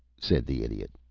said the idiot.